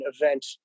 event